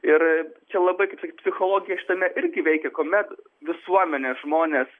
ir čia labai kaip sakyt psichologija šitame irgi veikia kuomet visuomenė žmonės